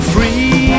Free